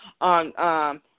on –